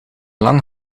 lang